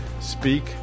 speak